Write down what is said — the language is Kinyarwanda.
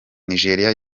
nigeria